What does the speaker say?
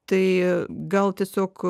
tai gal tiesiog